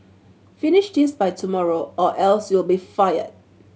finish this by tomorrow or else you'll be fired